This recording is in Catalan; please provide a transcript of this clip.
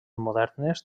modernes